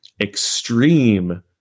extreme